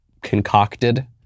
concocted